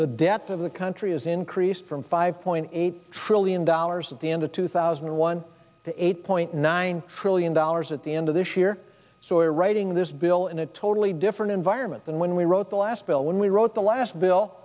the death of the country has increased from five point eight trillion dollars at the end of two thousand and one to eight point nine trillion dollars at the end of this year so we're writing this bill in a totally different environment than when we wrote the last bill when we wrote the last bill